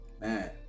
Man